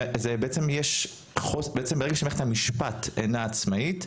בעצם שמערכת המשפט אינה עצמאית,